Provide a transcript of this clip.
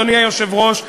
אדוני היושב-ראש,